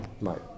right